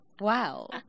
wow